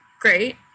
great